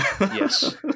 Yes